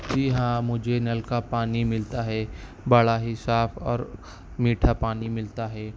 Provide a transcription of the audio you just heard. جی ہاں مجھے نل کا پانی ملتا ہے بڑا ہی صاف اور میٹھا پانی ملتا ہے